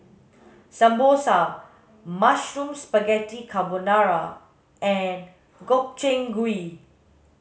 Samosa Mushroom Spaghetti Carbonara and Gobchang gui